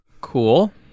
Cool